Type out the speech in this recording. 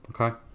Okay